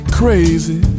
crazy